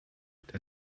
der